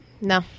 No